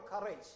courage